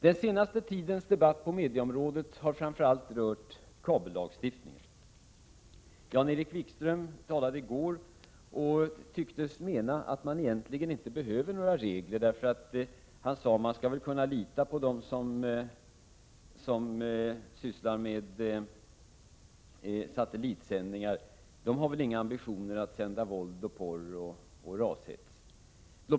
Den senaste tidens debatt på medieområdet har framför allt rört kabellagstiftningen. Jan-Erik Wikström talade i går och tycktes mena att man egentligen inte behöver några regler. Han sade: Man skall väl kunna lita på dem som sysslar med satellitsändningar — de har väl inga ambitioner att sända våld, porr och rashets.